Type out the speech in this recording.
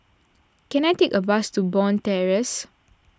can I take a bus to Bond Terrace